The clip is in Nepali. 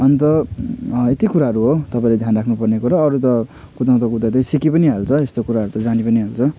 अन्त यति कुराहरू हो तपाईँले ध्यान राख्नु पर्ने कुरो अरू त कुदाउँदा कुदाउँदै सिकी पनि हाल्छ यस्तो कुराहरू त जानी पनि हाल्छ